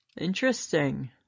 Interesting